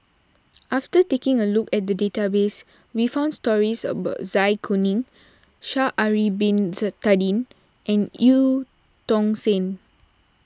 after taking a look at the database we found stories about Zai Kuning Sha'ari Bin Tadin and Eu Tong Sen